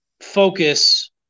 focus